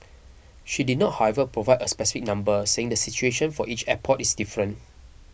she did not however provide a specific number saying the situation for each airport is different